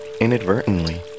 inadvertently